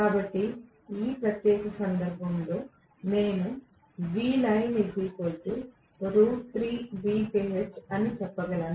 కాబట్టి ఈ ప్రత్యేక సందర్భంలో నేను చెప్పగలను